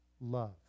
love